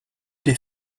des